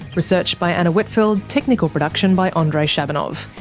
research by anna whitfeld, technical production by andrei shabunov,